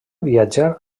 viatjar